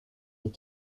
with